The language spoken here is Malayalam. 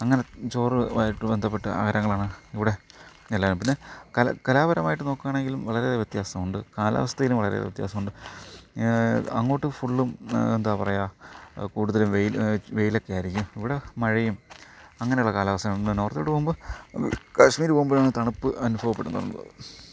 അങ്ങനെ ചോറുമായിട്ട് ബന്ധപ്പെട്ട ആഹാരങ്ങളാണ് ഇവിടെ നിലനിൽക്കുന്ന പിന്നെ കലാ കലാപരമായിട്ട് നോക്കുവാണെങ്കിലും വളരെ വ്യത്യാസമുണ്ട് കാലാവസ്ഥയിലും വളരെ വ്യത്യാസമുണ്ട് അങ്ങോട്ട് ഫുള്ളും എന്താ പറയുക കൂടുതലും വെയിൽ വെയിലൊക്കെ ആയിരിക്കും ഇവിടെ മഴയും അങ്ങനുള്ള കാലാവസ്ഥയാണ് നോർത്തിലോട്ട് പോകുമ്പോൾ കാശ്മീർ പോകുമ്പാഴാണ് തണുപ്പ് അനുഭവപ്പെടുന്നുള്ളത്